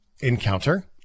encounter